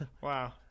wow